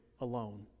alone